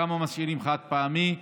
כמה חד-פעמי משאירים.